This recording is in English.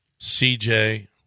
CJ